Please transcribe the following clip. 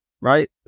right